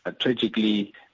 tragically